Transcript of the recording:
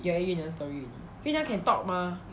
ya 月娘 story already 月娘 can talk mah